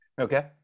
okay